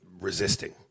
resisting